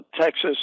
Texas